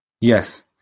Yes